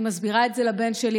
אני מסבירה את זה לבן שלי,